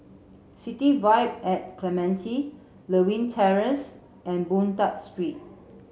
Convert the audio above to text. City Vibe at Clementi Lewin Terrace and Boon Tat Street